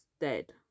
dead